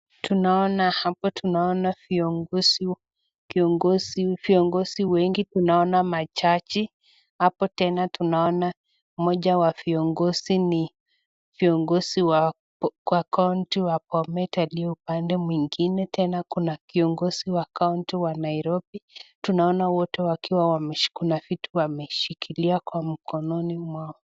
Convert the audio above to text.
Hapo tunaona viongozi wengi, tunaona majaji hapo Tena tunaona Mmoja wa viongozi ni viongozi wa Kaunti ya Bomet na walio upande mwingine Tena kuna kiongozi wa Kaunti wa Nairobi, tunaona wote wakiwa wameshikilia kuna vitu wameshikilia mkononi mwao